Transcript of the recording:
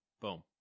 boom